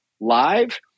live